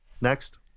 Next